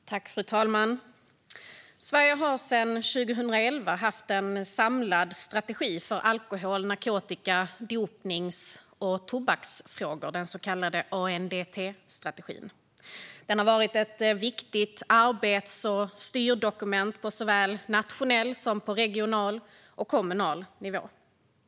En samlad strategi för alkohol-, narkotika-, dopnings och tobaks-politiken samt spel om pengar 2022-2025 Fru talman! Sverige har sedan 2011 haft en samlad strategi för alkohol, narkotika, dopnings och tobaksfrågor, den så kallade ANDT-strategin. Den har varit ett viktigt arbets och styrdokument på såväl nationell som regional och kommunal nivå.